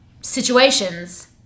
situations